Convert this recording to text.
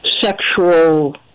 sexual